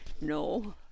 no